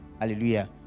hallelujah